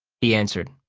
he answered,